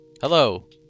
hello